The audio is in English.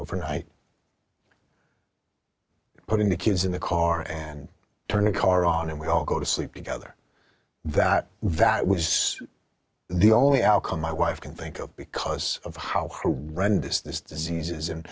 overnight putting the kids in the car and turn a car on and we all go to sleep together that value was the only outcome my wife can think of because of how run this this diseases and